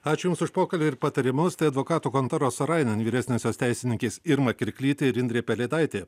ačiū jums už pokalbį ir patarimus tai advokatų kontoros sorainen vyresniosios teisininkės irma kirklytė ir indrė pelėdaitė